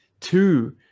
two